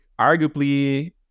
arguably